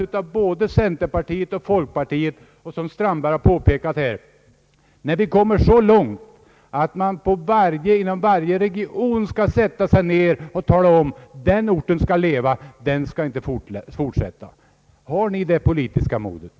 Har ni inom centerpartiet och folkpartiet det politiska modet att när det kommer därhän att man inom de olika regionerna skall ta ställning till dessa frågor säga: den orten skall få leva vidare, den skall inte utvecklas vidare?